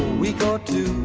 we do.